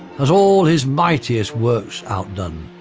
has all his mightiest works outdone.